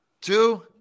two